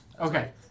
Okay